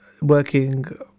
Working